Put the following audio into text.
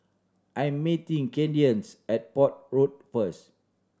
I'm meeting Kadence at Port Road first